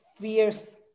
fierce